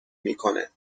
میکنه